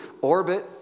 orbit